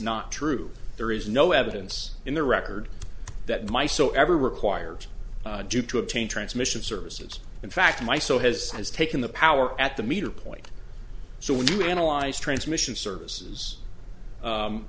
not true there is no evidence in the record that my so ever required to obtain transmission services in fact my so has has taken the power at the meter point so when you analyze transmission services